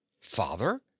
Father